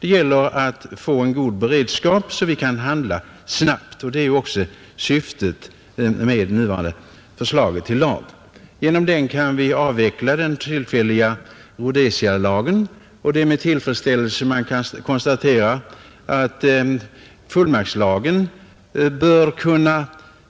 Det gäller att få en god beredskap, så att vi kan handla snabbt, och det är också syftet med det nu föreliggande förslaget till lag. Genom den kan vi avveckla den tillfälliga Rhodesialagen, och det är med tillfredsställelse man kan konstatera att fullmaktslagen bör kunna